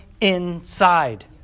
inside